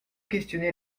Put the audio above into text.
questionné